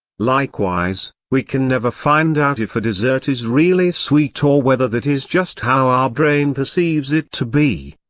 likewise, we can never find out if a dessert is really sweet or whether that is just how our brain perceives it to be.